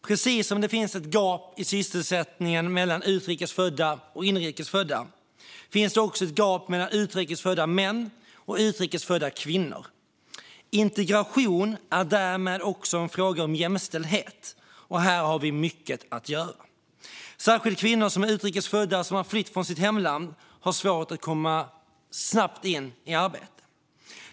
Precis som det finns ett gap i sysselsättning mellan utrikes och inrikes födda finns också ett gap mellan utrikes födda män och utrikes födda kvinnor. Integration är därmed också en fråga om jämställdhet, och här har vi mycket att göra. Särskilt utrikes födda kvinnor som har flytt från sitt hemland har svårt att snabbt komma i arbete.